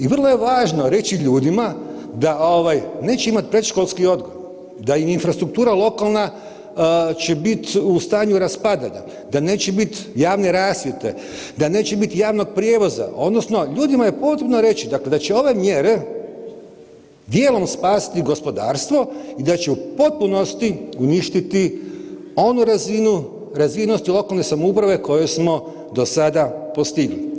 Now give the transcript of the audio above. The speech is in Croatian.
I vrlo je važno reći ljudima da ovaj, neće imati predškolski odgoj, da im infrastruktura lokalna će biti u stanju raspadanja, da neće biti javne rasvjete, da neće biti javnog prijevoza, odnosno ljudima je potrebno reći, dakle da će ove mjere dijelom spasiti gospodarstvo i da će u potpunosti uništiti oni razinu razvijenosti lokalne samouprave koju smo do sada postigli.